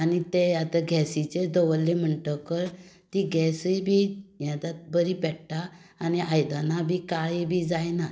आनी ते आतां गॅसीचेर दवरले म्हणटकच ती गॅसूय बी बरी पेट्टा आनी आयदनां बी काळी बी जायना